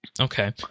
okay